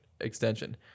extension